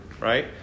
Right